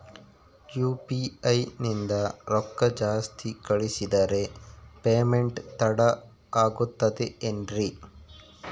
UPI ನಿಂದ ರೊಕ್ಕ ಜಾಸ್ತಿ ಕಳಿಸಿದರೆ ಪೇಮೆಂಟ್ ತಡ ಆಗುತ್ತದೆ ಎನ್ರಿ?